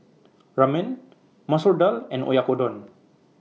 Ramen Masoor Dal and Oyakodon